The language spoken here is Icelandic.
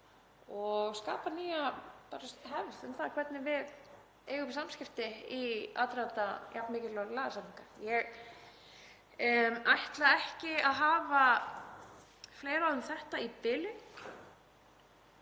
og skapa nýja hefð um það hvernig við eigum samskipti í aðdraganda jafn mikilvægrar lagasetningar. Ég ætla ekki að hafa fleiri orð um þetta í bili.